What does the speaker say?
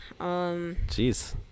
Jeez